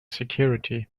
security